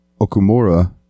Okumura